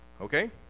okay